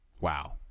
Wow